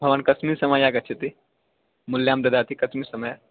भवान् कस्मिन् समये आगच्छति मूल्यं ददाति कस्मिन् समये